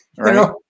Right